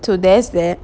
to there's that